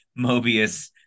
Mobius